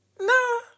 No